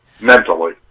mentally